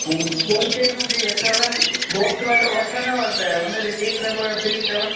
ऐं बॉलपेनू भी अथव बॉक्स वॾो वठंदव त हुनते चेक रबड़ फ्री अथव